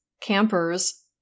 campers